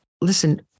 listen